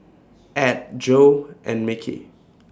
Add Jo and Mickey